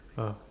ah